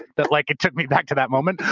but like it took me back to that moment.